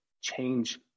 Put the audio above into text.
change